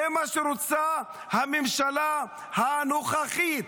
זה מה שרוצה הממשלה הנוכחית.